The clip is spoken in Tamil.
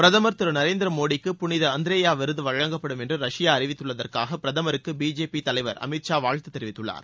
பிரதமர் திரு நரேந்திர மோடிக்கு புனித அந்திரேயா விருது வழங்கப்படும் என்று ரஷ்பா அறிவித்துள்ளதற்காக பிரதமருக்கு பிஜேபி தலைவர் அமித் ஷா வாழ்த்து தெரிவித்துள்ளார்